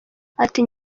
ati